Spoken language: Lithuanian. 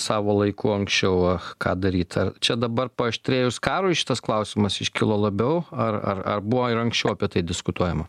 savo laiku anksčiau ką daryti čia dabar paaštrėjus karui šitas klausimas iškilo labiau ar ar ar buvo ir anksčiau apie tai diskutuojama